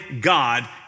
God